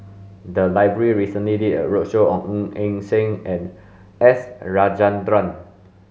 the library recently did a roadshow on Ng Yi Sheng and S Rajendran